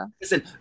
Listen